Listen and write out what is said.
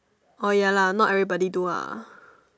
orh ya lah not everybody do ah